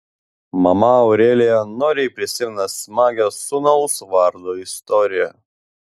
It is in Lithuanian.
mama aurelija noriai prisimena smagią sūnaus vardo istoriją